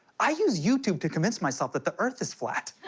i use youtube to convince myself that the earth is flat.